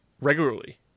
regularly